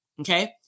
Okay